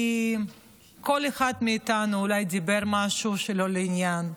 כי כל אחד מאיתנו אולי דיבר משהו שלא לעניין,